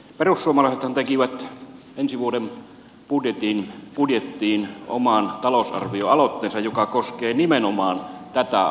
perussuomalaisethan tekivät ensi vuoden budjettiin oman talousarvioaloitteensa joka koskee nimenomaan tätä asiaa